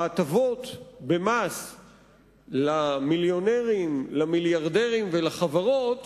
הטבות המס למיליונרים, למיליארדרים ולחברות